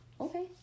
Okay